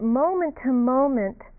moment-to-moment